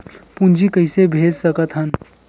पूंजी कइसे भेज सकत हन?